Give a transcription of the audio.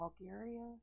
Bulgaria